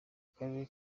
akarere